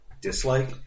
dislike